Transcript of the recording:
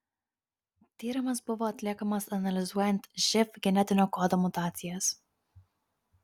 tyrimas buvo atliekamas analizuojant živ genetinio kodo mutacijas